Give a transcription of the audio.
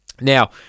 Now